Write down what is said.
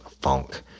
funk